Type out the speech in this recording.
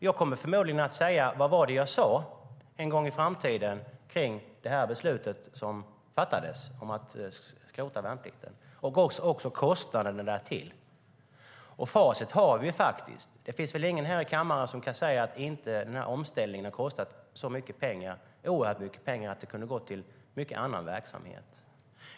Jag kommer förmodligen en gång i framtiden, när det gäller det beslut som fattades om att skrota värnplikten och kostnaderna i detta sammanhang, att säga: Vad var det jag sade? Facit har vi faktiskt. Det finns väl ingen här i kammaren som kan säga att denna omställning inte har kostat oerhört mycket pengar som skulle ha kunnat gå till mycket annan verksamhet?